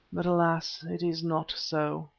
but alas! it is not so.